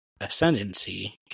Ascendancy